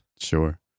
Sure